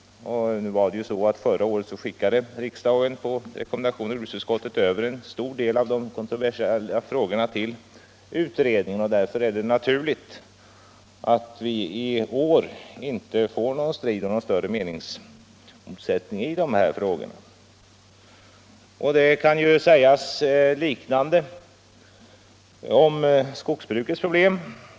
Förra året hänvisade riksdagen på rekommendation av jordbruksutskottet en stor del av de kontroversiella frågorna till utredningen. Därför är det naturligt att vi i år inte får någon strid eller några större meningsmotsättningar i dessa frågor. Ungefär detsamma kan sägas om skogsbrukets problem.